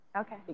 Okay